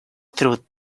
through